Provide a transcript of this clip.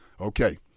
Okay